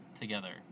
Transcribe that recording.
together